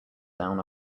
down